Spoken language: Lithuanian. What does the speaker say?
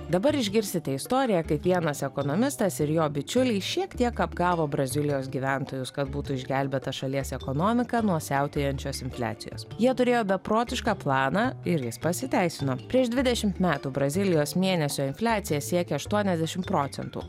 dabar išgirsite istoriją kaip vienas ekonomistas ir jo bičiuliai šiek tiek apgavo brazilijos gyventojus kad būtų išgelbėta šalies ekonomika nuo siautėjančios infliacijos jie turėjo beprotišką planą ir jis pasiteisino prieš dvidešimt metų brazilijos mėnesio infliacija siekė aštuoniasdešimt procentų